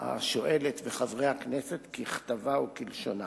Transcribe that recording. השואלת וחברי הכנסת ככתבה וכלשונה: